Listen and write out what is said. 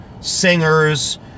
Singers